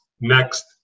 next